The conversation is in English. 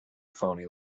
phoney